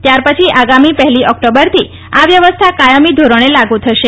ત્યારપછી આગામી પહેલી ઓક્ટોબરથી આ વ્યવસ્થા કાયમી ધોરણે લાગુ થશે